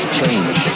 change